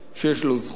שיש לו זכויות,